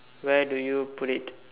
where do you put it